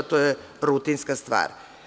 To je rutinska stvar.